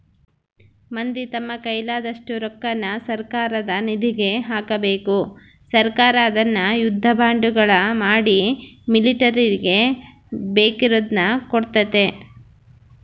ಮಂದಿ ತಮ್ಮ ಕೈಲಾದಷ್ಟು ರೊಕ್ಕನ ಸರ್ಕಾರದ ನಿಧಿಗೆ ಹಾಕಬೇಕು ಸರ್ಕಾರ ಅದ್ನ ಯುದ್ಧ ಬಾಂಡುಗಳ ಮಾಡಿ ಮಿಲಿಟರಿಗೆ ಬೇಕಿರುದ್ನ ಕೊಡ್ತತೆ